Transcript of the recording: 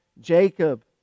Jacob